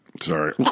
Sorry